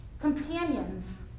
companions